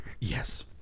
Yes